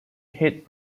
hit